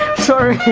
sorry!